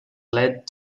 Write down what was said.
led